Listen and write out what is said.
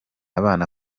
abana